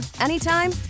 anytime